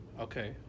okay